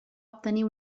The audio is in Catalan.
obtenir